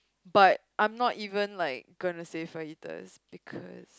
but I'm not even like gonna save Fajitas